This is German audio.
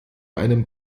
einem